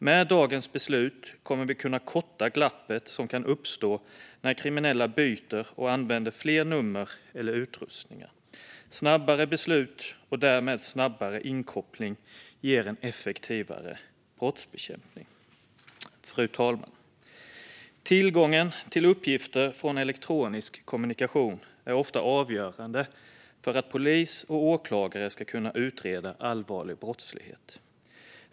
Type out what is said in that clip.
Med dagens beslut kommer vi att kunna minska det glapp som kan uppstå när kriminella byter och använder flera nummer eller utrustningar. Snabbare beslut, och därmed snabbare inkoppling, ger en effektivare brottsbekämpning. Fru talman! Tillgången till uppgifter från elektronisk kommunikation är ofta avgörande för att polis och åklagare ska kunna utreda allvarlig brottslighet.